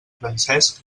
francesc